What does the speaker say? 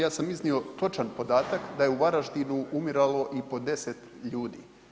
Ja sam iznio točan podatak da je u Varaždinu umiralo i po 10 ljudi.